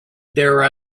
there